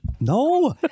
No